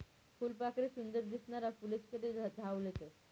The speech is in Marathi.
फुलपाखरे सुंदर दिसनारा फुलेस्कडे धाव लेतस